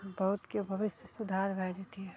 बहुतके भविष्य सुधार भए जयतियै